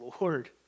Lord